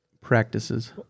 practices